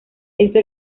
esto